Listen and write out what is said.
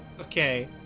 Okay